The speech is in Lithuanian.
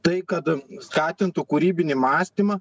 tai kad skatintų kūrybinį mąstymą